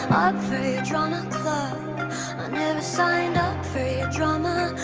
drama club signed up for your drama,